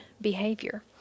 behavior